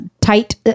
tight